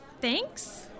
thanks